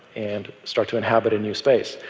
and start to inhabit a new space.